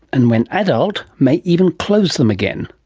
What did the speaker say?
and when adult, may even close them again.